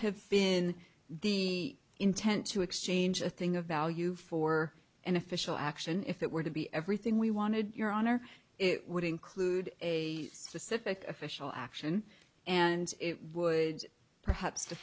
have been the intent to exchange a thing of value for an official action if it were to be everything we wanted your honor it would include a specific official action and it would perhaps